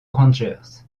rangers